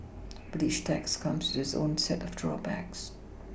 but each tax comes with its own set of drawbacks